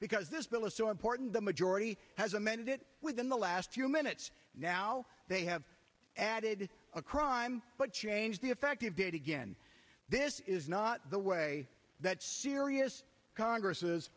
because this bill is so important the majority has amended it within the last few minutes now they have added a crime but change the effective date again this is not the way that serious congress